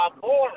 boring